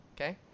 okay